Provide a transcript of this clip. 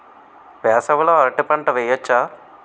వేసవి లో అరటి పంట వెయ్యొచ్చా?